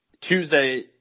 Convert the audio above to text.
Tuesday